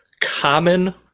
common